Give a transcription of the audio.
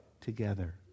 together